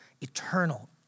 eternal